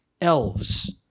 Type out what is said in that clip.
elves